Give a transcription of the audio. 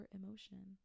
emotion